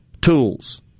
tools